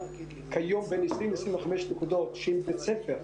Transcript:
כיום בן 25-20 נקודות של בית ספר,